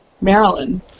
Maryland